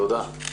תודה.